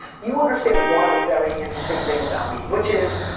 you understand one very interesting thing about me, which is,